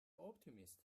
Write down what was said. optimist